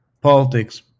politics